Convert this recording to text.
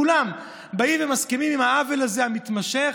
כולם באים ומסכימים שהעוול הזה מתמשך,